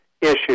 issues